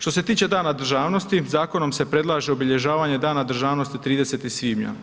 Što se tiče dana državnosti, zakonom se predlaže obilježavanje Dana državnosti 30. svibnja.